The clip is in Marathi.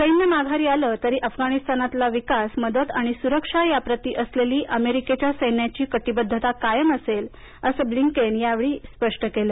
सैन्य माघारी आलं तरी अफगाणिस्तानातील विकास मदत आणि सुरक्षा या प्रती असलेली अमेरिकेच्या सैन्याची कटीबद्धता कायम असेल असं ब्लिनकेन यांनी या वेळी स्पष्ट केलं